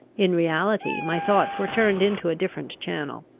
in reality my thoughts were turned into a different channel.